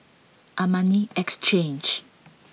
Armani Exchange